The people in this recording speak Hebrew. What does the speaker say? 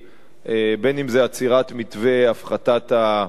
בין אם זה עצירת מתווה הפחתת המסים,